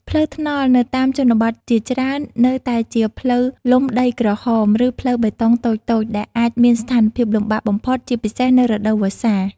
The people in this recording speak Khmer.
ផ្លូវថ្នល់នៅតាមជនបទជាច្រើននៅតែជាផ្លូវលំដីក្រហម ឬផ្លូវបេតុងតូចៗ ដែលអាចមានស្ថានភាពលំបាកបំផុត ជាពិសេសនៅរដូវវស្សា។